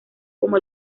como